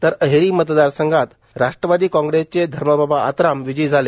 तर अहेरी मतदारसंघात राश्ट्रवादी काँग्रेसचे धर्मराव बाबा आत्राम विजयी झाले